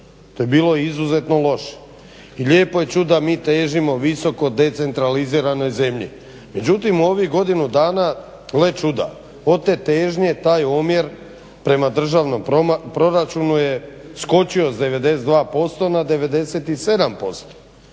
to je bilo izuzetno loše, i lijepo je čuti da mi težimo visoko decentraliziranoj zemlji. Međutim u ovih godinu dana gle čuda od te težnje taj omjer prema državnom proračunu je skočio s 92% na 97%,a